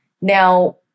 now